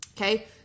Okay